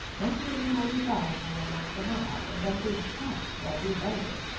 emptying my revolver among the mob, and then being caught while reloading,